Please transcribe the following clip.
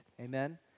amen